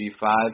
G5